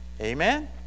Amen